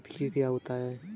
NPK क्या होता है?